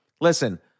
listen